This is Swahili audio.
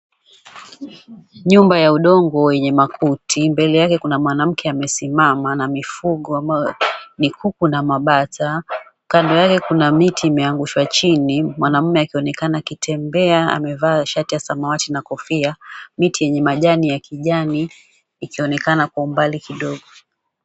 Nyumba ya udongo wenye makuti. Mbele yake kuna mwanamke amesimama, na mifugo ambayo ni kuku na mabata. Kando yaani kuna miti imeangushwa chini, mwanaume akitembea, amevaa shati ya samawati na kofia. Miti yenye majani ya kijani kwa umbali kidogo.